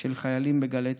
של חיילים בגלי צה"ל.